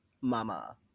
Mama